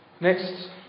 Next